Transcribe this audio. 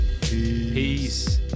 Peace